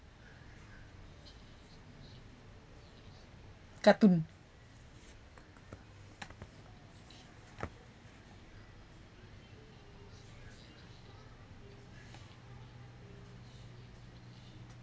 cartoon